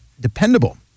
dependable